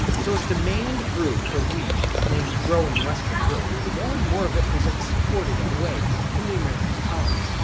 so as demand grew for wheat in the growing western europe, more and more of it was exported away from the american colonies.